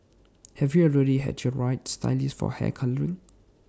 have you already had your right stylist for hair colouring